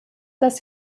das